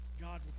God